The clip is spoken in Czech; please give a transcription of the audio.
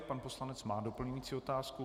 Pan poslanec má doplňující otázku.